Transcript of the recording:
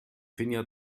finja